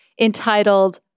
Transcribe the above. entitled